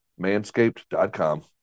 manscaped.com